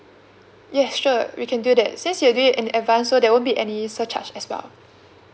yes sure we can do that since your date in advance so there won't be any surcharge as well